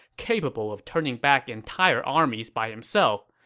capable of turning back entire armies by himself,